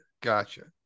gotcha